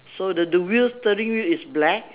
so the the wheel steering wheel is black